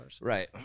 Right